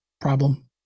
problem